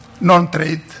non-trade